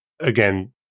again